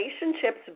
relationships